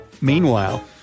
Meanwhile